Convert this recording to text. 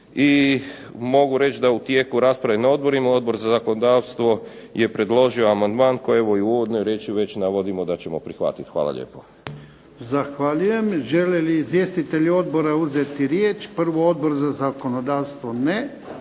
I mogu reći da u tijeku rasprave na odborima Odbor za zakonodavstvo je predložio amandman koji evo i u uvodnoj riječi već navodimo da ćemo prihvatiti. Hvala lijepo. **Jarnjak, Ivan (HDZ)** Zahvaljujem. Žele li izvjestitelji odbora uzeti riječ? Prvo Odbor za zakonodavstvo? Ne.